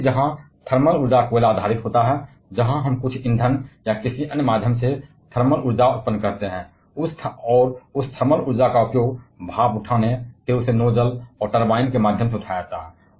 अन्य जहां थर्मल ऊर्जा कोयले की तरह शामिल होती है जहां हम कुछ ईंधन या किसी अन्य माध्यम से थर्मल ऊर्जा उत्पन्न करते हैं और उस थर्मल ऊर्जा का उपयोग भाप को बढ़ाने और फिर नोजल और टरबाइन के माध्यम से उठाया जाता है